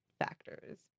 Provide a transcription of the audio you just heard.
factors